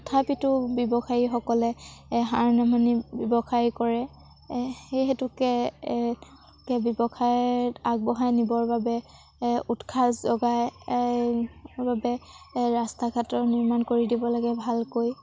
তথাপিতো ব্যৱসায়ীসকলে হাৰ নেমানি ব্যৱসায় কৰে সেই হেতুকে ব্যৱসায়ত আগবঢ়াই নিবৰ বাবে উৎসাহ যোগায় বাবে ৰাস্তা ঘাটৰ নিৰ্মাণ কৰি দিব লাগে ভালকৈ